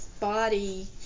body